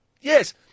Yes